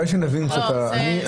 לא,